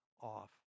off